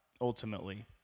ultimately